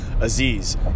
Aziz